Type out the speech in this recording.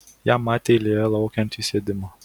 ją matė eilėje laukiant įsėdimo